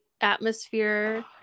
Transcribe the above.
atmosphere